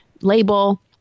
label